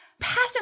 passing